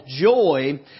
joy